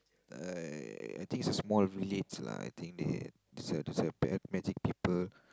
uh I think it's small village lah I think they it's a it's a black magic people